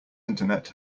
internet